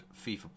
FIFA